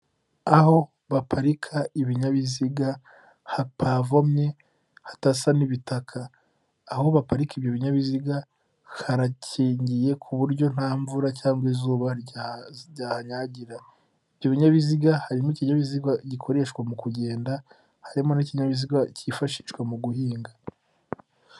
Aho baparika ibinyabiziga hapavomye hadasa n'ibitaka aho baparika ibyo binyabiziga harakingiye ku buryo nta mvura cyangwa izuba ryahanyagira ibyo binyabiziga harimo ikinyabiziga gikoreshwa mu kugenda harimo n'ikinyabiziga kifashishwa mu guhinga.